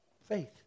Faith